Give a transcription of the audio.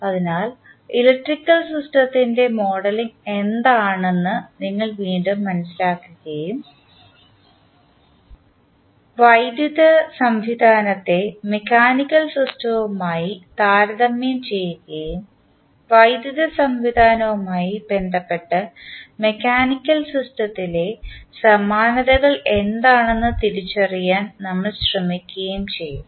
അതിനാൽ ഇലക്ട്രിക്കൽ സിസ്റ്റത്തിൻറെ മോഡലിംഗ് എന്താണെന്ന് നിങ്ങൾ വീണ്ടും മനസിലാക്കുകയും വൈദ്യുത സംവിധാനത്തെ മെക്കാനിക്കൽ സിസ്റ്റവുമായി താരതമ്യം ചെയ്യുകയും വൈദ്യുത സംവിധാനവുമായി ബന്ധപ്പെട്ട് മെക്കാനിക്കൽ സിസ്റ്റത്തിലെ സമാനതകൾ എന്താണെന്ന് തിരിച്ചറിയാൻ നമ്മൾ ശ്രമിക്കുകയും ചെയ്യും